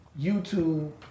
YouTube